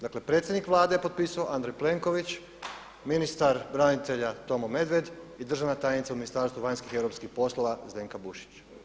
Dakle, predsjednik Vlade je potpisao, Andrej Plenković, ministar branitelja Tomo Medved i državna tajnica u Ministarstvu vanjskih i europskih poslova Zdenka Bušić.